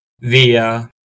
via